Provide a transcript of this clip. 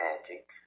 magic